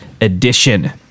edition